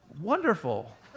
Wonderful